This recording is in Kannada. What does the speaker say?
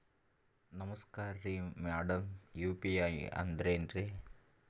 ನಮಸ್ಕಾರ್ರಿ ಮಾಡಮ್ ಯು.ಪಿ.ಐ ಅಂದ್ರೆನ್ರಿ?